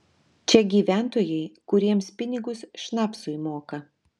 čia gyventojai kuriems pinigus šnapsui moka